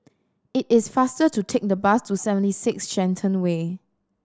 it is faster to take the bus to Seventy Six Shenton Way